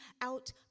out